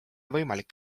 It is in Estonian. võimalik